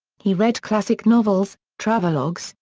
he read classic novels, travelogues,